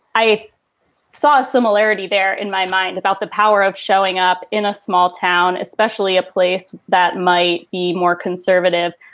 i saw a similarity there in my mind about the power of showing up in a small town, especially a place that might be more conservative.